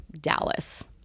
Dallas